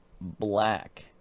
Black